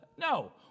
No